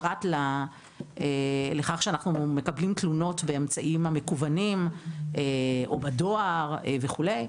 פרט לכך שאנחנו מקבלים תלונות באמצעים המקוונים או בדואר וכולי,